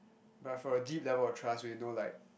but for deep level of trust when you know like